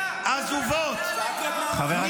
עזובות,